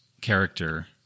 character